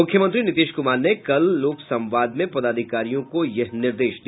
मुख्यमंत्री नीतीश कुमार ने कल लोकसंवाद में पदाधिकारियों को यह निर्देश दिया